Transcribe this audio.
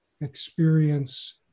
experience